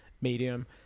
medium